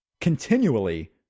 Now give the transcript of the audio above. continually